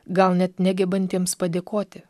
gal net negebantiems padėkoti